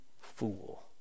fool